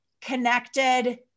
connected